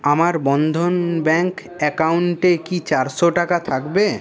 আমার বন্ধন ব্যাঙ্ক অ্যাকাউন্টে কি চারশো টাকা থাকবে